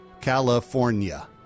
California